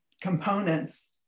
components